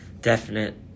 Definite